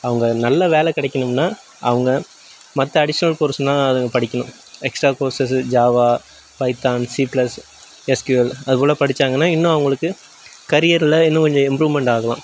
அவங்க நல்ல வேலை கிடைக்கணும்னா அவங்க மற்ற அடிஷ்னல் கோர்ஸ்னால் அதுங்க படிக்கணும் extra courses Java Python C plus SQL அதுபோல் படித்தாங்கன்னா இன்னும் அவங்களுக்கு கரியரில் இன்னும் கொஞ்சம் இம்ப்ரூவ்மெண்ட் ஆகலாம்